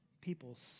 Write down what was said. people's